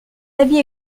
avis